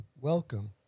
Welcome